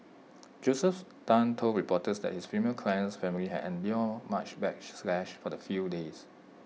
Josephus Tan told reporters that his female client's family had endured much backlash for the few days